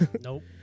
Nope